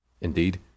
Indeed